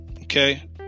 okay